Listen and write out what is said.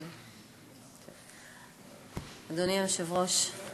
אדוני היושב-ראש,